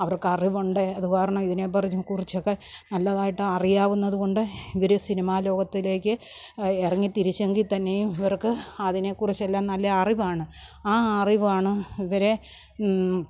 അവർക്ക് അറിവുണ്ട് അതുകാരണം ഇതിനെ കുറിച്ചൊക്കെ നല്ലതായിട്ട് അറിയാവുന്നതുകൊണ്ട് ഇവർ സിനിമാലോകത്തിലേക്ക് ഇറങ്ങിത്തിരിച്ചെങ്കിൽത്തന്നെയും ഇവർക്ക് അതിനെക്കുറിച്ച് എല്ലാം നല്ല അറിവാണ് ആ അറിവാണ് ഇവരെ